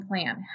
plan